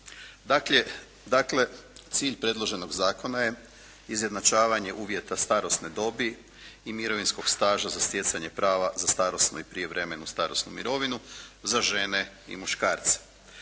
Dakle, cilj predloženog zakona je izjednačavanje uvjeta starosne dobi i mirovinskog staža za stjecanje prava za starosnu i prijevremenu starosnu mirovinu za žene i muškarce.